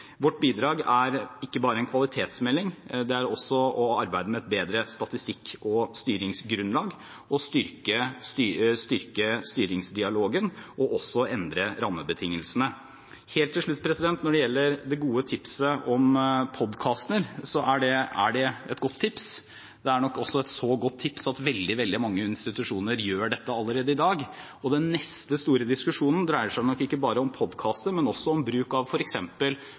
Vårt bidrag er ikke bare en kvalitetsmelding, det er også å arbeide med et bedre statistikk- og styringsgrunnlag, å styrke styringsdialogen og også å endre rammebetingelsene. Helt til slutt: Når det gjelder det gode tipset om podkaster, så er det et godt tips. Det er nok også et så godt tips at veldig, veldig mange institusjoner gjør dette allerede i dag. Den neste store diskusjonen dreier seg nok ikke bare om podkaster, men også om bruk av